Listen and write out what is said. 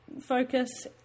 focus